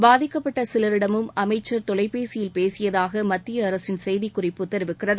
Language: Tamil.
பாதிக்கப்பட்ட சிவரிடமும் அமைச்சர் தொலைபேசியில் பேசியதாக மத்திய அரசின் செய்திக்குறிப்பு தெரிவிக்கிறது